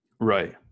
Right